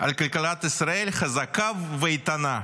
על כלכלת ישראל חזקה ואיתנה,